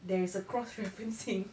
there is a cross referencing